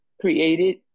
created